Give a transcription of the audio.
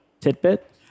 tidbit